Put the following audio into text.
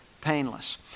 painless